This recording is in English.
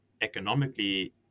economically